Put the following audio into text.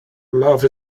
love